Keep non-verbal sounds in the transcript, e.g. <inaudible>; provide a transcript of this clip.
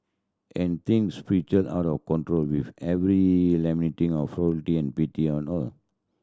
and things spiral out of control with every lamenting of <unintelligible> and pity <unintelligible> all